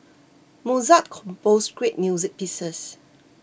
Mozart composed great music pieces